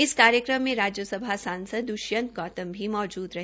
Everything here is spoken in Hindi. इस कार्यक्रम में राज्यसभा सांसद दृष्यंत गौतम भी मौजूद रहे